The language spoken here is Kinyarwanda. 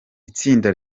itsinda